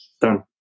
done